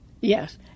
Yes